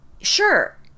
sure